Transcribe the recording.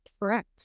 Correct